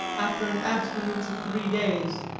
after an abstinence of three days,